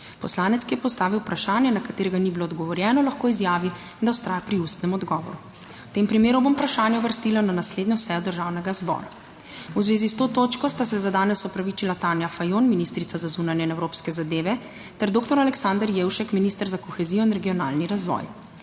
Poslanec, ki je postavil vprašanje, na katerega ni bilo odgovorjeno, lahko izjavi, da vztraja pri ustnem odgovoru. V tem primeru bom vprašanje uvrstila na naslednjo sejo Državnega zbora. V zvezi s to točko sta se za danes opravičila Tanja Fajon, ministrica za zunanje in evropske zadeve, ter dr. Aleksander Jevšek, minister za kohezijo in regionalni razvoj.